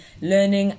learning